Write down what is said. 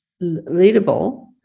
readable